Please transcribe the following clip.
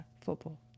football